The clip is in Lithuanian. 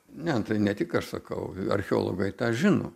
ne tai ne tik aš sakau archeologai tą žino